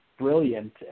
brilliant